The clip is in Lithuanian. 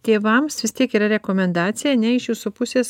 tėvams vis tiek yra rekomendacija ane iš jūsų pusės